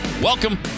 Welcome